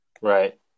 right